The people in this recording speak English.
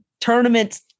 tournaments